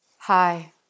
Hi